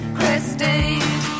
Christine